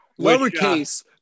lowercase